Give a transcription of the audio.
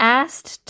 asked